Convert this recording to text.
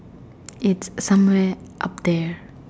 it's somewhere up there